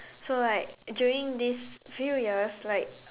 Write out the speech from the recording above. so like during these few years like